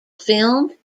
filmed